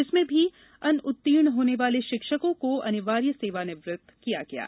इसमें भी अनुउत्तीर्ण होने वाले शिक्षकों को अनिवार्य सेवानिवृत्त किया गया है